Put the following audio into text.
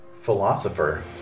Philosopher